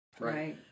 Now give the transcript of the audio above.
Right